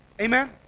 Amen